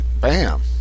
bam